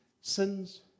sins